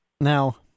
Now